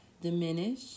diminish